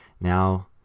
Now